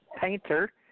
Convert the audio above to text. painter